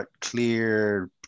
clear